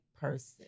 person